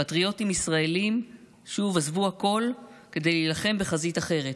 פטריוטים ישראלים שוב עזבו הכול כדי להילחם בחזית אחרת,